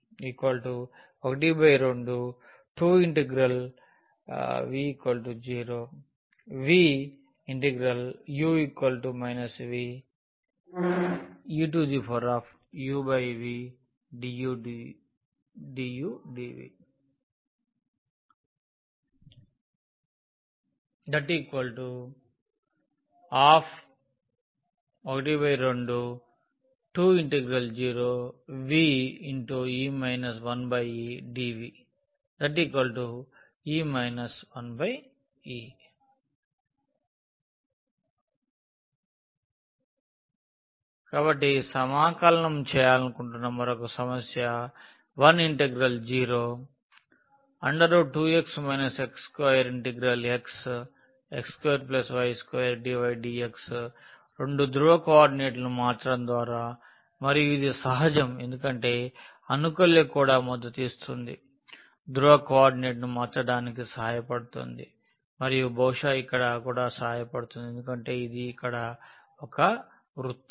కాబట్టి Seyxy xdx dy Teuv12du dv 12v 02u vveuvdu dv 1202ve 1edv e 1e కాబట్టి సమాకలనం చేయాలనుకుంటున్న మరొక సమస్య 01x2x x2x2y2 dy dx రెండు ధ్రువ కోఆర్డినేట్లను మార్చడం ద్వారామరియు ఇది సహజం ఎందుకంటే అనుకల్య కూడా మద్దతు ఇస్తుంది ధ్రువ కోఆర్డినేట్ను మార్చదానికి సహాయపడుతుంది మరియు బహుశా ఇక్కడ కూడా సహాయపడుతుంది ఎందుకంటే ఇది ఇక్కడ ఒక వృత్తం